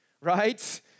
right